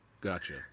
Gotcha